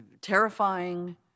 terrifying